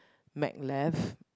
mac left